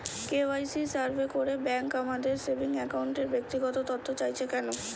KYC survey করে bank আমাদের saving অ্যাকাউন্টের ব্যক্তিগত তথ্য চাইছে কেন?